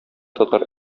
татар